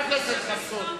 חבר הכנסת חסון,